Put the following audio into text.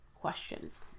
questions